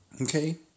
Okay